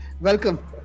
Welcome